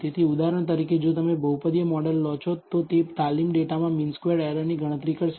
તેથી ઉદાહરણ તરીકે જો તમે આ બહુપદી મોડેલ લો છો તો તે તાલીમ ડેટામાં મીન સ્ક્વેર્ડ એરરની ગણતરી કરશે